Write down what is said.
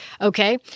Okay